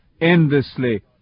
endlessly